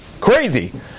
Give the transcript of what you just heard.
Crazy